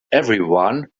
everyone